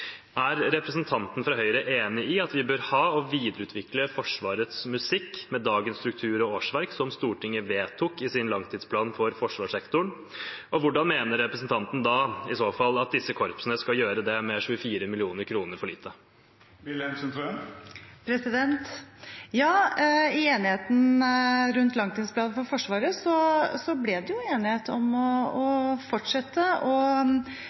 videreutvikle Forsvarets musikk med dagens struktur og årsverk, som Stortinget vedtok i sin langtidsplan for forsvarssektoren, og hvordan mener representanten i så fall at disse korpsene skal gjøre det, med 24 mill. kr for lite? I forbindelse med langtidsplanen for Forsvaret ble det enighet om å fortsette å